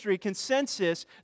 consensus